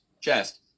chest